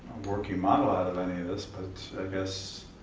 working model out of any of this, but i guess